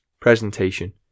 Presentation